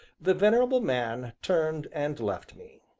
the venerable man turned and left me.